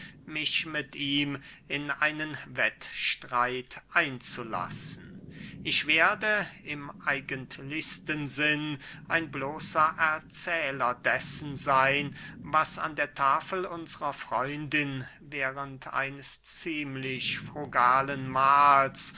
mich mit ihm in einen wettstreit einzulassen ich werde im eigentlichsten sinn ein bloßer erzähler dessen seyn was an der tafel unsrer freundin während eines ziemlich frugalen mahls